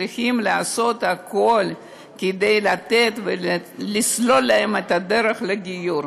צריכים לעשות הכול כדי לתת ולסלול להם את הדרך לגיור.